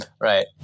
right